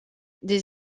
des